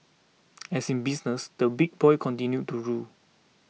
as in business the big boys continue to rule